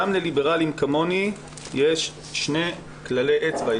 גם לליברלים כמוני יש שני כללי אצבע,